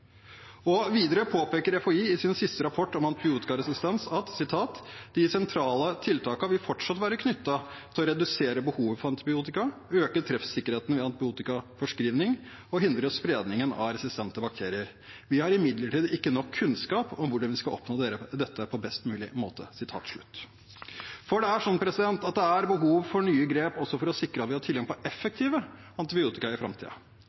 Videre påpeker FHI i sin siste rapport om antibiotikaresistens: «De sentrale tiltakene vil fortsatt være knyttet til å redusere behovet for antibiotika, øke treffsikkerheten ved antibiotikaforskrivning og hindre spredning av resistente bakterier. Vi har imidlertid ikke nok kunnskap om hvordan vi skal oppnå dette på en best mulig måte.» Det er behov for nye grep også for å sikre at vi har tilgang på effektive antibiotika i